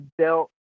dealt